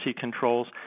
controls